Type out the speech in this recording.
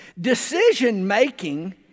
Decision-making